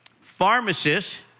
pharmacists